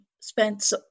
spent